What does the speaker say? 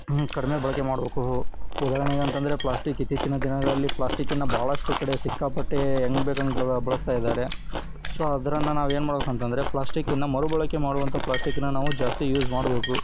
ಕಡಿಮೆ ಬಳಕೆ ಮಾಡಬೇಕು ಉದಾಹರಣೆಗೆ ಅಂತ ಅಂದ್ರೆ ಪ್ಲಾಸ್ಟಿಕ್ ಇತ್ತೀಚಿನ ದಿನಗಳಲ್ಲಿ ಪ್ಲಾಸ್ಟಿಕಿನ ಭಾಳಷ್ಟು ಕಡೆ ಸಿಕ್ಕಾಪಟ್ಟೆ ಹೆಂಗೆ ಬೇಕು ಹಂಗೆ ಬಳಸ್ತಾ ಇದ್ದಾರೆ ಸೊ ಅದನ್ನು ನಾವೇವು ಮಾಡಬೇಕಂತಂದ್ರೆ ಪ್ಲಾಸ್ಟಿಕಿನ ಮರುಬಳಕೆ ಮಾಡುವಂಥ ಪ್ಲಾಸ್ಟಿಕ್ನ ನಾವು ಜಾಸ್ತಿ ಯೂಸ್ ಮಾಡಬೇಕು